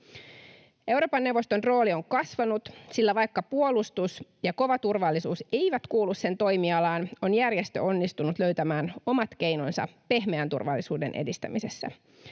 Euroopan neuvoston rooli on kasvanut, sillä vaikka puolustus ja kova turvallisuus eivät kuulu sen toimialaan, on järjestö onnistunut löytämään omat keinonsa pehmeän turvallisuuden edistämisessä.